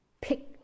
pick